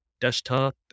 desktop